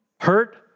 Hurt